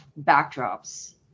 backdrops